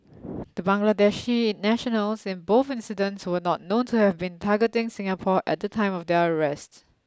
the Bangladeshi nationals in both incidents were not known to have been targeting Singapore at the time of their arrests